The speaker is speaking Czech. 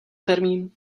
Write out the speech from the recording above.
termín